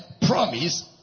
promise